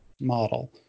model